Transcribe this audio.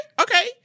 okay